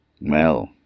Well